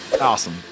Awesome